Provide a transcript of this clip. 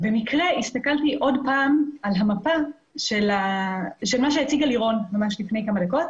ובמקרה הסתכלתי עוד פעם על המפה של מה שהציגה לירון ממש לפני כמה דקות,